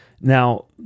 Now